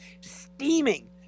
Steaming